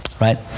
Right